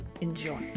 Enjoy